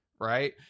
right